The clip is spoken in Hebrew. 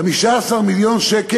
15 מיליון ש"ח